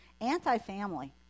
anti-family